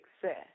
success